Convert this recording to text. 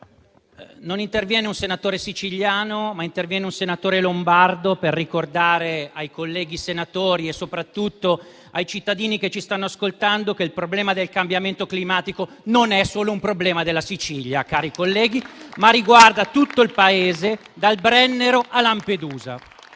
non interviene un senatore siciliano, ma interviene un senatore lombardo per ricordare ai colleghi senatori, e soprattutto ai cittadini che ci stanno ascoltando, che il problema del cambiamento climatico non è solo della Sicilia, cari colleghi, ma riguarda tutto il Paese, dal Brennero a Lampedusa.